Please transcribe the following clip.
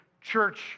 church